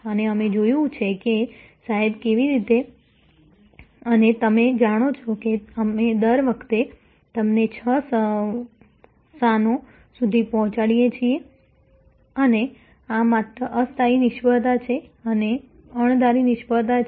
અને અમે જોયું છે કે સાહેબ કેવી રીતે અને તમે જાણો છો કે અમે દર વખતે તમને છ સ્થાનો સુધી પહોંચાડીએ છીએ અને આ માત્ર અસ્થાયી નિષ્ફળતા છે અને અણધારી નિષ્ફળતા છે